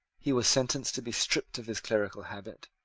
he was sentenced to be stripped of his clerical habit,